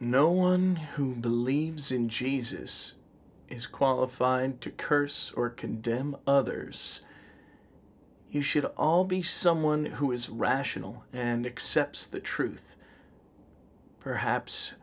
no one who believes in jesus is qualified to curse or condemn others you should all be someone who is rational and excepts the truth perhaps